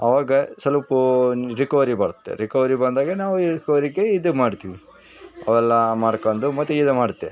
ಅವಾಗ ಸ್ವಲ್ಪ್ ರಿಕವರಿ ಬರುತ್ತೆ ರಿಕವರಿ ಬಂದಾಗ ನಾವು ರಿಕವರಿಗೆ ಇದು ಮಾಡ್ತೀವಿ ಅವೆಲ್ಲ ಮಾಡ್ಕೊಂಡ್ ಮತ್ತು ಇದು ಮಾಡ್ತೆ